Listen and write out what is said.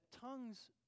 tongues